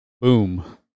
boom